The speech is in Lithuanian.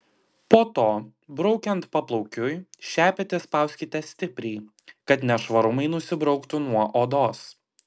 po to braukiant paplaukiui šepetį spauskite stipriai kad nešvarumai nusibrauktų nuo odos